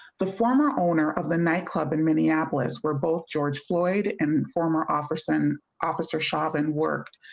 the former owner of the nightclub in minneapolis where both george floyd and and former office an officer shot and worked.